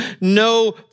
no